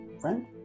friend